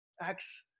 Acts